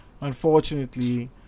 unfortunately